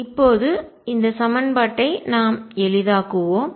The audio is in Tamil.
இப்போது இந்த சமன்பாட்டை நாம் எளிதாக்குவோம்